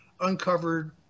uncovered